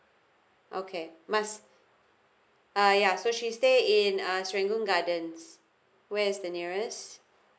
okay must ah ya so she stay in uh serangoon gardens where is the nearest